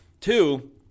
Two